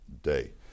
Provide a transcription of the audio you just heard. day